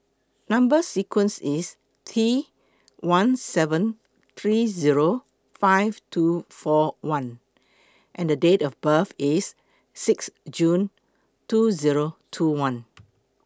Number sequence IS T one seven three Zero five two four one and The Date of birth IS six June two Zero two one